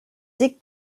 dick